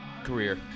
Career